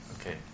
Okay